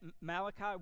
Malachi